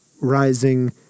rising